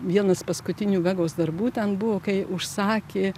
vienas paskutinių vegos darbų ten buvo kai užsakė